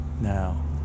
now